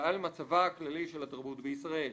ועל מצבה הכללי של התרבות בישראל".